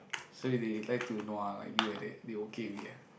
so if they like to nua like you like that they okay with it ah